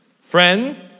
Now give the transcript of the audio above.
friend